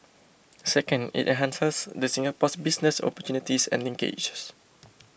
second it enhances the Singapore's business opportunities and linkages